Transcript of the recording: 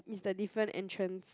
is the different entrance